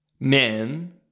Men